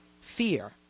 fear